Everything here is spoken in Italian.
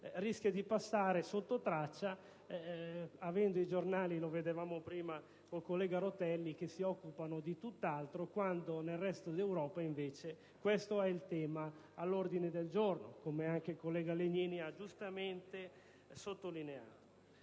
rischia di passare sotto traccia, poiché i giornali - lo abbiamo ascoltato prima nell'intervento del collega Rutelli - si occupano di tutt'altro, quando nel resto d'Europa invece questo è il tema all'ordine del giorno, come anche il collega Legnini ha giustamente sottolineato.